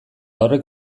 horrek